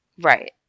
Right